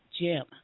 Jim